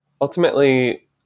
Ultimately